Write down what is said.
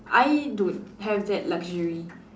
I don't have that luxury